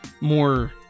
More